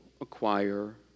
acquire